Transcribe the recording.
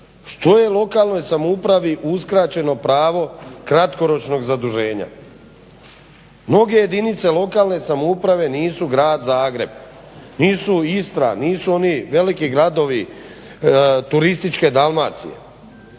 što je lokalnoj samoupravi uskraćeno pravo kratkoročnog zaduženja? Mnoge jedinice lokalne samouprave nisu grad Zagreb, nisu Istra, nisu oni veliki gradovi turističke Dalmacije,